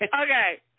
Okay